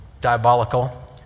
diabolical